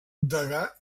degà